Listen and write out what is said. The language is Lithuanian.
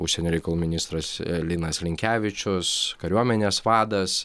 užsienio reikalų ministras linas linkevičius kariuomenės vadas